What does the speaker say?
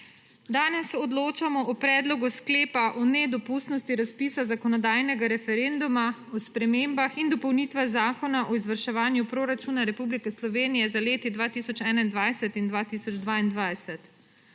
Danes odločamo o predlogu sklepa o nedopustnosti razpisa zakonodajnega referenduma o spremembah in dopolnitvah Zakona o izvrševanju proračuna Republike Slovenije za leti 2021 in 2022.